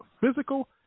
physical